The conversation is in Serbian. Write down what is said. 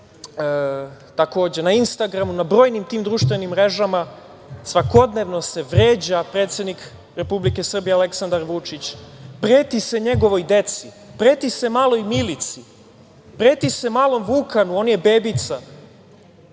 Tviteru, na Instagramu, na brojnim društvenim mrežama, svakodnevno se vređa predsednik Republike Srbije Aleksandar Vučić, preti se njegovoj deci, preti se maloj Milici, preti se malom Vukanu, on je bebica,